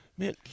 Man